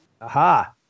Aha